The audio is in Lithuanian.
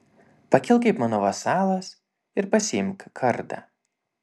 pakilk kaip mano vasalas ir pasiimk kardą